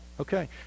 Okay